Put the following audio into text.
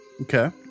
Okay